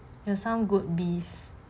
some good beef